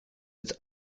its